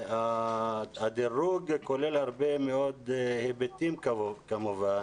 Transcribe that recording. הדירוג כולל הרבה מאוד היבטים, כמובן.